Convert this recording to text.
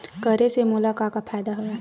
करे से मोला का का फ़ायदा हवय?